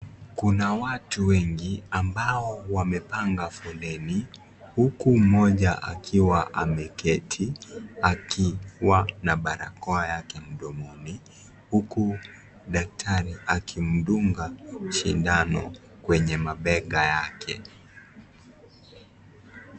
Kuna watu wengi ambao wamepanga foleni. Huku mmoja akiwa ameketi, akiwa na barakoa yake mdomoni. Huku, daktari akimdunga sindano kwenye mabega yake.